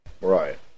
Right